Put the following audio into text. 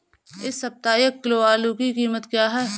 इस सप्ताह एक किलो आलू की कीमत क्या है?